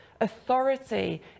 authority